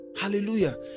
hallelujah